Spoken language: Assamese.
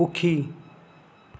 সুখী